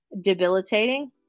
debilitating